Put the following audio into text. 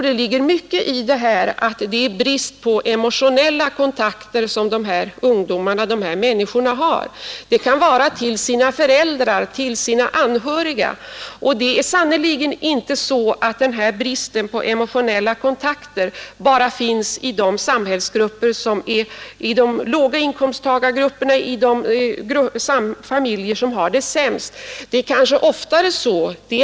Det ligger mycket i talet om den brist på emotionella kontakter som människorna känner. Det kan vara en brist i förhållandet till föräldrarna eller till de anhöriga, och den bristen finns sannerligen inte bara i de lägre inkomstgrupperna, alltså i de familjer som har det sämre ekonomiskt.